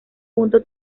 punto